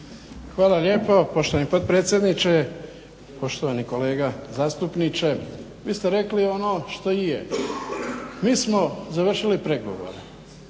Hvala lijepa poštovani potpredsjedniče. Poštovani kolega zastupniče, vi ste rekli ono što i je. Mi smo završili pregovore,